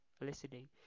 listening